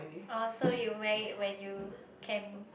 oh so you wear it when you can